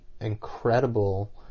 incredible